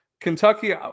Kentucky